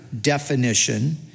definition